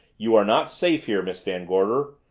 you are not safe here, miss van gorder.